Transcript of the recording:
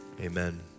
Amen